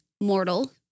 mortal